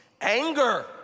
anger